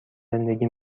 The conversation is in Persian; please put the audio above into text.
زندگی